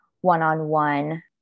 one-on-one